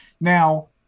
Now –